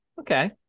Okay